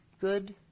Good